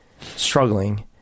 struggling